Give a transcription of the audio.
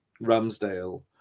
Ramsdale